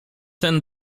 ten